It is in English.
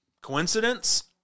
Coincidence